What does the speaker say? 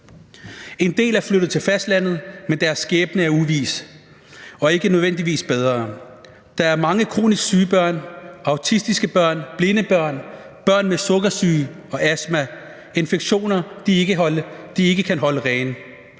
En del er flyttet til fastlandet, men deres skæbne er uvis og ikke nødvendigvis bedre. Der er mange kronisk syge børn, autistiske børn, blinde børn, børn med sukkersyge og astma og infektioner, de ikke kan holde rene.